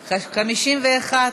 המוגדרות כשימוש חורג).